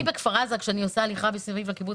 כשאני עושה הליכה סביב כפר עזה,